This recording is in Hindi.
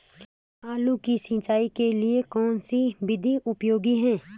आलू की सिंचाई के लिए कौन सी विधि उपयोगी है?